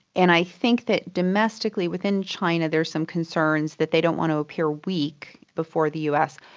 and i think that domestically within china there's some concerns that they don't want to appear weak before the us.